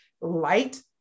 light